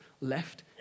left